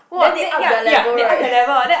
then they up their level right